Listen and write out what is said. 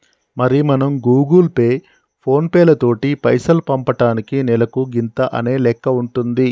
మరి మనం Google Pay ఫోన్ పేలతోటి పైసలు పంపటానికి నెలకు గింత అనే లెక్క ఉంటుంది